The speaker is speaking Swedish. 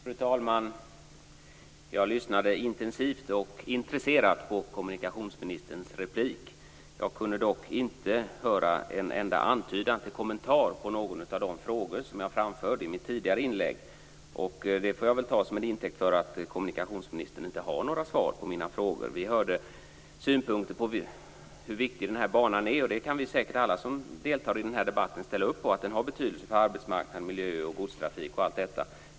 Fru talman! Jag lyssnade intensivt och intresserat på kommunikationsministerns anförande. Jag kunde dock inte höra en enda antydan till kommentar till någon av de frågor jag framförde i mitt tidigare inlägg. Det får jag väl ta som en intäkt för att kommunikationsministern inte har några svar på mina frågor. Vi hörde synpunkter på hur viktig banan är. Alla som deltar i den här debatten kan säkert ställa upp på att den har betydelse för arbetsmarknad, miljö, godstrafik och allt detta.